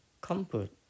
comfort